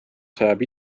sajab